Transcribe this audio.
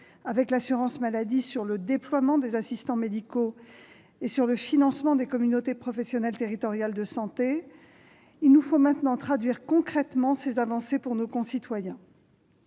avec l'assurance maladie sur le déploiement des assistants médicaux et le financement des communautés professionnelles territoriales de santé, il nous faut maintenant traduire concrètement ces avancées pour nos concitoyens.